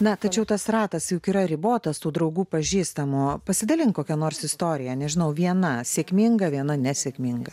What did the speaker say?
na tačiau tas ratas juk yra ribotas tų draugų pažįstamų pasidalink kokia nors istorija nežinau viena sėkminga viena nesėkminga